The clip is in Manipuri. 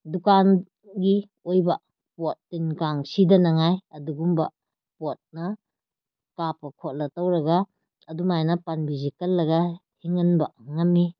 ꯗꯨꯀꯥꯟꯒꯤ ꯑꯣꯏꯕ ꯄꯣꯠ ꯇꯤꯟ ꯀꯥꯡ ꯁꯤꯗꯅꯉꯥꯏ ꯑꯗꯨꯒꯨꯝꯕ ꯄꯣꯠꯅ ꯀꯥꯞꯄ ꯈꯣꯠꯂ ꯇꯧꯔꯒ ꯑꯗꯨꯃꯥꯏꯅ ꯄꯥꯝꯕꯤꯁꯤ ꯀꯜꯂꯒ ꯍꯤꯡꯍꯟꯕ ꯉꯝꯏ